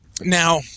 Now